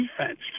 defense